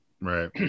Right